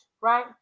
Right